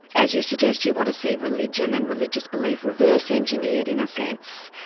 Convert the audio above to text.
as you suggest, you want to see religion and religious belief reverse-engineered in a sense.